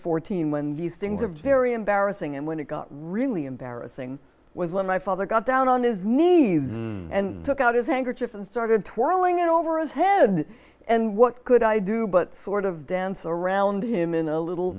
fourteen when these things are very embarrassing and when it got really embarrassing was when my father got down on his knees and took out his handkerchief and started twirling it over as head and what could i do but sort of dance around him in a little